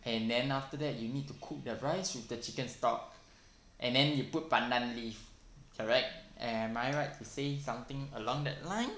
and then after that you need to cook the rice with the chicken stock and then you put pandan leaf correct am I right to say something along that line